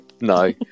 No